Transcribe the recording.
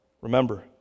Remember